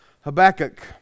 Habakkuk